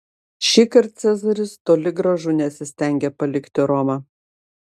šįkart cezaris toli gražu nesistengė palikti romą